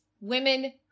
women